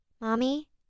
Mommy